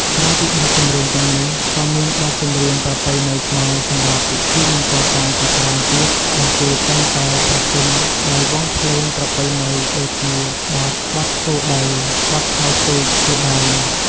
ក្រៅពីបទចម្រៀងទាំងនេះ ក៏មានបទចម្រៀងប្រពៃណីខ្មែរសម្រាប់ពិធីមង្គលការជាច្រើនទៀតដែលគេតែងតែប្រគំដោយវង់ភ្លេងប្រពៃណីដូចជាបទ "បទស្គរដី", "បទថយទូក" ជាដើម។